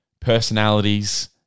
personalities